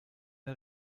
der